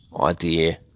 idea